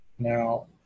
Now